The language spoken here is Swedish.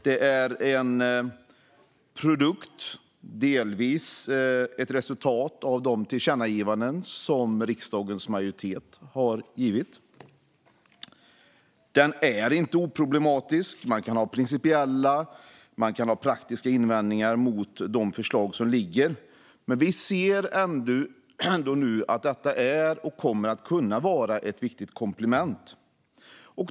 Det är en produkt som delvis är ett resultat av de tillkännagivanden som riksdagens majoritet har gett. Den är inte oproblematisk. Man kan ha principiella eller praktiska invändningar mot de liggande förslagen, men vi ser ändå att det här är och kommer att kunna vara ett viktigt komplement.